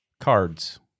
Cards